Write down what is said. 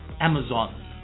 Amazon